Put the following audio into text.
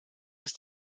ist